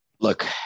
Look